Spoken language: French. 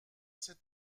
cet